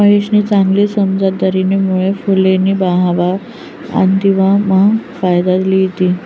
महेशनी चांगली समझदारीना मुळे फुलेसनी बजारम्हा आबिदेस ना फायदा लि लिदा